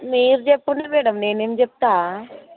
మీరు చెప్పుర్రి మ్యాడమ్ నేను ఏమి చెప్తాను